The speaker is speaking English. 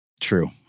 True